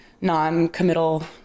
non-committal